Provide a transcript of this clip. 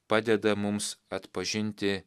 padeda mums atpažinti